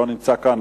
לא נמצא כאן,